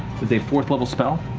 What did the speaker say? it's a fourth-level spell,